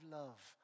love